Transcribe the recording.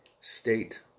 state